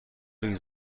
بگیر